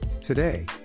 Today